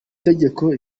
tegeko